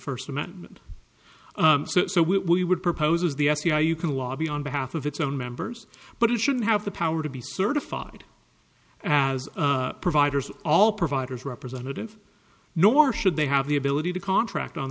first amendment so we would propose is the sci you can lobby on behalf of its own members but it shouldn't have the power to be certified as providers all providers representative nor should they have the ability to contract on